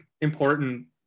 important